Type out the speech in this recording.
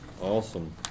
Awesome